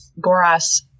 Goras